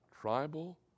tribal